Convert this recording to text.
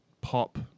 pop